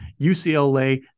UCLA